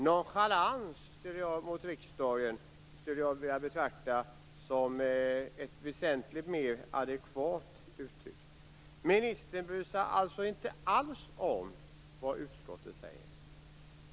Nonchalans mot riksdagen är ett väsentligt mer adekvat uttryck. Ministern bryr sig inte alls om vad utskottet säger.